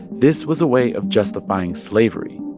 this was a way of justifying slavery.